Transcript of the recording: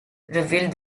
revealed